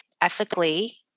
ethically